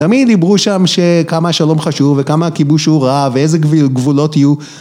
תמיד דיברו שם שכמה השלום חשוב, וכמה הכיבוש הוא רע, ואיזה גבולות יהיו